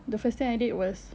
the first thing I did was